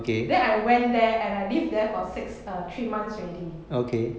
then I went there and I live there for six uh three months already